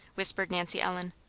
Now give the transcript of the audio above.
whispered nancy ellen.